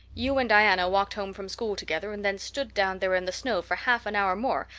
you and diana walked home from school together and then stood down there in the snow for half an hour more,